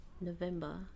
November